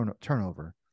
turnover